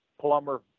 Plumber